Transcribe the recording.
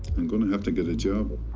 i'm going to have to get a job.